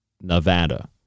Nevada